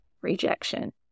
rejection